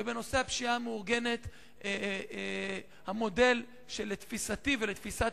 בנושא הפשיעה המאורגנת המודל שלתפיסתי ולתפיסת